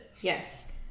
Yes